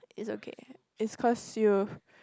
it's okay it's cause you